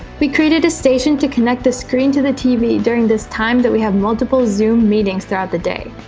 we created a station to connect the screen to the tv during this time that we have multiple zoom meetings throughout the day